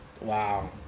Wow